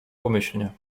pomyślnie